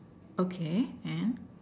okay and